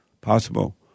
possible